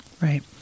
right